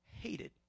Hated